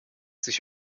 sich